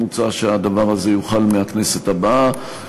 מוצע שהדבר הזה יוחל מהכנסת הבאה.